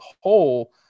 whole